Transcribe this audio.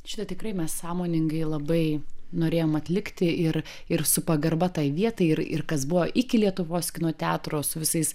šitą tikrai mes sąmoningai labai norėjom atlikti ir ir su pagarba tai vietai ir ir kas buvo iki lietuvos kino teatro su visais